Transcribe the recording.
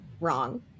wrong